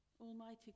Almighty